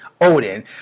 Odin